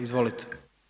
Izvolite.